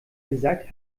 gesagt